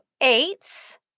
eights